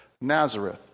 Nazareth